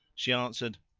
she answered,